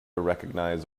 recognize